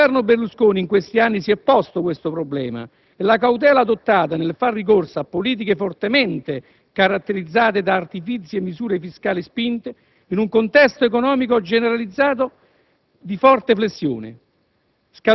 il Governo Berlusconi in questi anni si è posto questo problema e la cautela adottata nel far ricorso a politiche fortemente caratterizzate da artifizi e misure fiscali spinte, in un contesto economico generalizzato di forte flessione,